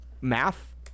math